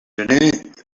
gener